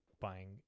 buying